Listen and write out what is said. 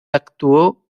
actuó